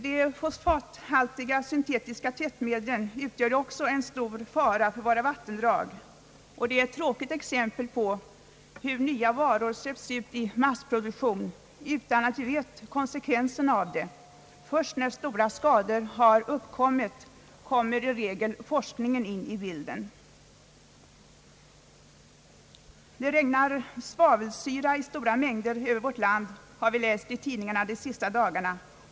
De fosfathaltiga syntetiska tvättmedlen utgör en stor fara för våra vattendrag. Dessa är ett tråkigt exempel på hur nya varor släpps ut i massproduktion utan att vi vet konsekvenserna i dessa avseenden. I regel kommer forskningen in i bilden först sedan stora skador har uppstått. Det regnar svavelsyra i stora mängder över vårt land, har vi läst i tidningarna de senaste dagarna.